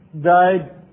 died